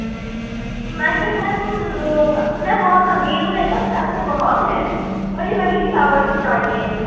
نہیں میم وہ میں بہت امیر ہوں میرے پاس پیسے بہت ہیں مجھے وہی فلاورس چاہیے